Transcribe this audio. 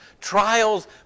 trials